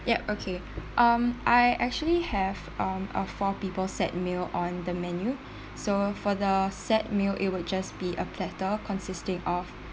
ya okay um I actually have um a four people set meal on the menu so for the set meal it would just be a platter consisting of